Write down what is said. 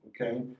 okay